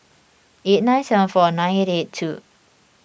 eight nine seven four nine eight eight two